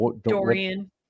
Dorian